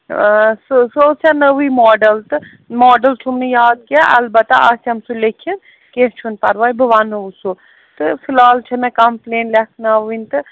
سُہ حظ چھےٚ نٔوٕے ماڈَل تہٕ ماڈَل چھُم نہٕ یاد کینٛہہ اَلبَتہ آسٮ۪م سُہ لیکِتھ کینٛہہ چھُنہٕ پَرواے بہٕ وَنو سُہ تہٕ فِلحال چھےٚ مےٚ کمپٕلین لیکھناوٕنۍ تہٕ